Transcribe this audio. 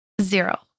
zero